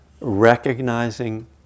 recognizing